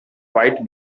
white